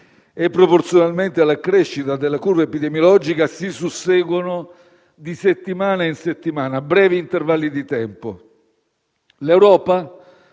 e proporzionalmente alla crescita della curva epidemiologica, si susseguono di settimana in settimana, a brevi intervalli di tempo. L'Europa,